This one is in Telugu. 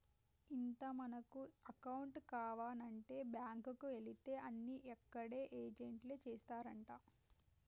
ఇంత మనకు అకౌంట్ కావానంటే బాంకుకు ఎలితే అన్ని అక్కడ ఏజెంట్లే చేస్తారంటా